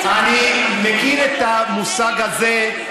אני מכיר את המושג הזה.